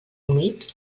humit